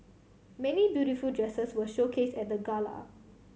many beautiful dresses were showcase at the Gala